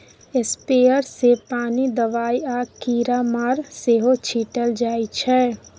sprayer सँ पानि, दबाइ आ कीरामार सेहो छीटल जाइ छै